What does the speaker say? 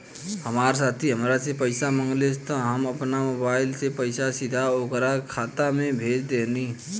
हमार साथी हामरा से पइसा मगलस त हम आपना मोबाइल से पइसा सीधा ओकरा खाता में भेज देहनी